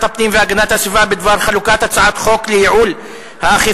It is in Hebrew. הפנים והגנת הסביבה בדבר חלוקת הצעת חוק לייעול האכיפה